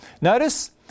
Notice